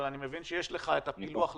אבל אני מבין שיש לך את הפילוח לענפים.